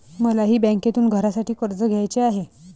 मलाही बँकेतून घरासाठी कर्ज घ्यायचे आहे